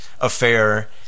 affair